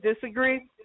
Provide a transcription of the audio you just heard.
disagree